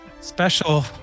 special